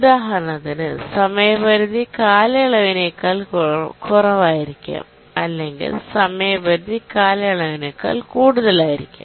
ഉദാഹരണത്തിന് സമയപരിധി കാലയളവിനേക്കാൾ കുറവായിരിക്കാം അല്ലെങ്കിൽ സമയപരിധി കാലയളവിനേക്കാൾ കൂടുതലായിരിക്കാം